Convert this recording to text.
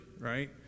right